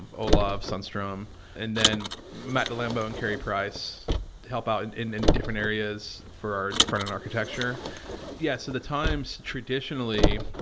olov sundstom, and then matt delambo and carrie price helped out in in different areas for our front-end architecture yes, so the times traditionally,